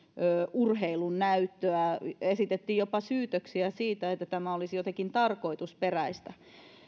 urheilun näyttöä esitettiin jopa syytöksiä siitä että tämä olisi jotenkin tarkoitusperäistä